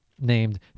named